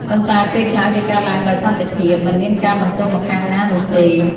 ប៉ុន្តែ ពេលខ្លះ វាកើតឡើងដោយសន្តិភាព មិនមានការបន្ទោសម្ខាងណានោះទេ។